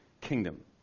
kingdom